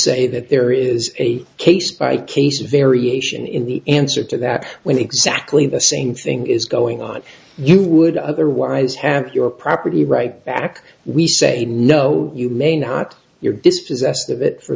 say that there is a case by case variation in the answer to that when exactly the same thing is going on you would otherwise have your property right back we say no you may not you're dispossessed of it for